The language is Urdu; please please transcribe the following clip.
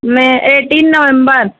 نہیں ایٹین نومبر